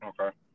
Okay